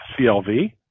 CLV